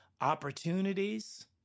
opportunities